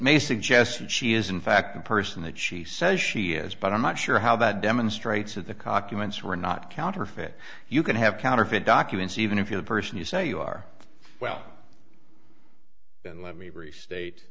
may suggest that she is in fact the person that she says she is but i'm not sure how that demonstrates that the cock humans who are not counterfeit you can have counterfeit documents even if you are the person you say you are well then let me restate